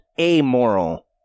amoral